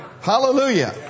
Hallelujah